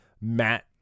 Matt